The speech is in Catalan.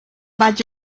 vaig